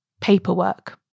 paperwork